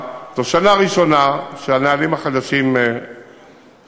וזו שנה ראשונה שהנהלים החדשים עובדים,